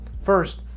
First